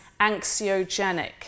anxiogenic